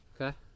okay